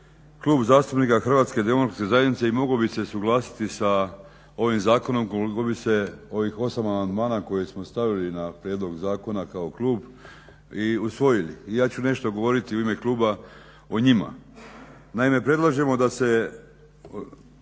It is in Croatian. Klub zastupnika HDZ-a i mogao bi se suglasiti sa ovim zakonom ukoliko bi se ovih 8 amandmana koje smo stavili na prijedlog zakona kao klub i usvojili. Ja ću nešto govoriti u ime kluba o njima. Naime, predlažemo da se